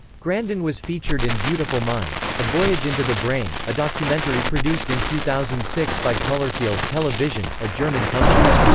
grandin was featured in beautiful minds a voyage into the brain, a documentary produced in two thousand and six by colourfield tell-a-vision, a german company.